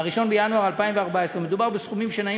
1 בינואר 2014. מדובר בסכומים שנעים